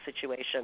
situation